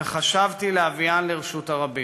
וחשבתי להביאן לרשות הרבים".